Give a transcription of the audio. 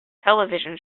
television